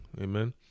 amen